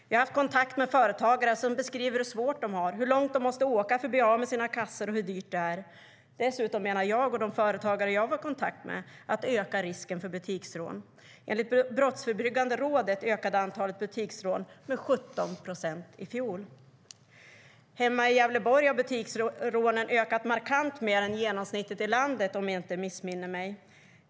Jag har haft kontakt med företagare som beskriver hur svårt de har - hur långt de måste åka för att bli av med sina kassor och hur dyrt det är. Dessutom menar jag och de företagare jag har varit i kontakt med att det ökar risken för butiksrån. Enligt Brottsförebyggande rådet ökade antalet butiksrån med 17 procent i fjol. Hemma i Gävleborg har antalet butiksrån ökat markant mer än genomsnittet i landet, om jag inte missminner mig.